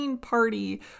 party